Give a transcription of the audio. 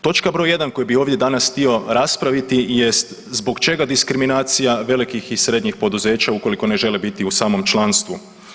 Točka broj 1 koju bih ovdje danas raspraviti jest zbog čega diskriminacija velikih i srednjih poduzeća ukoliko ne žele biti u samom članstvu.